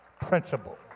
principle